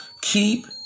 Keep